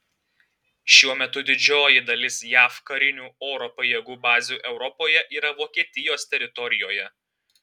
šiuo metu didžioji dalis jav karinių oro pajėgų bazių europoje yra vokietijos teritorijoje